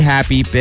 Happy